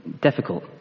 difficult